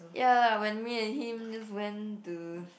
ya lah when me and him just went to